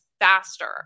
faster